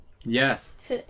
Yes